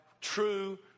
true